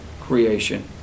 creation